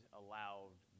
allowed